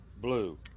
Blue